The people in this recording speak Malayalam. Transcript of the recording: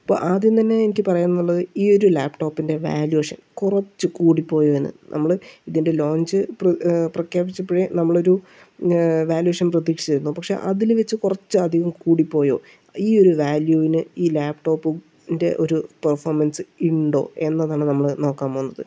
അപ്പോൾ ആദ്യം തന്നെ എനിക്ക് പറയാനുള്ളത് ഈ ഒരു ലാപ്ടോപ്പിന്റെ വാല്യുവേഷൻ കുറച്ചു കൂടിപ്പോയോയെന്ന് നമ്മള് ഇതിന്റെ ലോഞ്ച് പ്രഖ്യാപിച്ചപ്പോഴേ നമ്മളൊരു വേല്വേഷൻ പ്രതീക്ഷിച്ചിരുന്നു പക്ഷേ അതിൽ വെച്ച് കുറച്ച് അധികം കൂടിപ്പോയോ ഈ ഒരു വാല്യൂവിന് ഈ ലാപ്ടോപ്പും ഇതിന്റെ ഒരു പെർഫോമൻസ് ഉണ്ടോ എന്നതാണ് നമ്മള് നോക്കാൻ പോകുന്നത്